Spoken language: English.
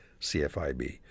CFIB